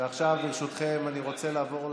ועכשיו, ברשותכם, אני רוצה לעבור להצבעה.